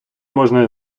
можна